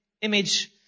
image